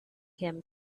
him